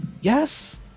yes